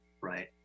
right